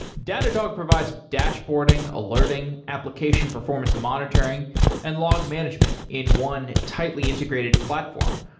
datadog provides dashboarding, alerting, application performance monitoring and log management in one tightly integrated platform,